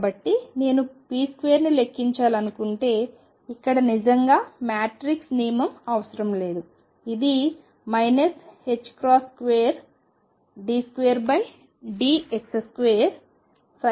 కాబట్టి నేను p2ని లెక్కించాలనుకుంటే ఇక్కడ నిజంగా మ్యాట్రిక్స్ నియమం అవసరం లేదు ఇది 2d2dx2ndx